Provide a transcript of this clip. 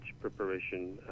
preparation